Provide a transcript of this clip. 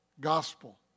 gospel